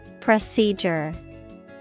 Procedure